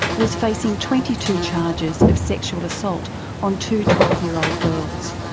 was facing twenty two charges of sexual assault on two twelve year old girls.